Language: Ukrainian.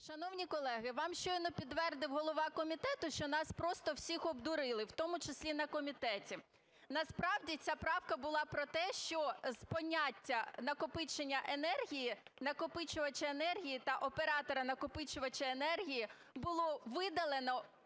Шановні колеги, вам щойно підтвердив голова комітету, що нас просто всіх обдурили, в тому числі і на комітеті. Насправді ця правка була про те, що з поняття "накопичення енергії", "накопичувача енергії" та "оператора накопичувача енергії" було видалено